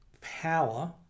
power